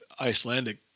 Icelandic